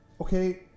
okay